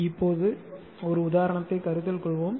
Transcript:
இப்போது ஒரு உதாரணத்தைக் கருத்தில் கொள்வோம்